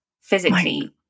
physically